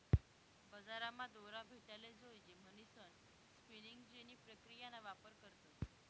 बजारमा दोरा भेटाले जोयजे म्हणीसन स्पिनिंग जेनी प्रक्रियाना वापर करतस